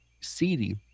seedy